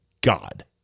God